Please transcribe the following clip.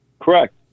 correct